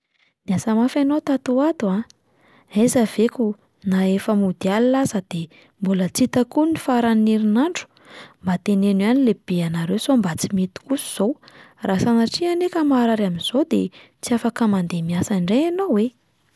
“Niasa mafy ianao tato ho ato a! Aiza ve koa na efa mody alina aza de mbola tsy hita koa ny faran'ny herinandro, mba teneno ihany ny lehibe anareo sao mba tsy mety kosa izao. Raha sanatria anie ka marary amin'izao de tsy afaka mandeha miasa indray ianao e!"